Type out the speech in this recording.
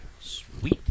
Sweet